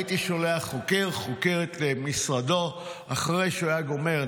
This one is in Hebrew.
הייתי שולח חוקר או חוקרת למשרדו אחרי שהוא היה גומר.